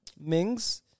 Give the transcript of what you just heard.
Mings